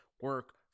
Work